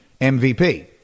MVP